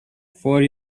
for